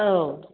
औ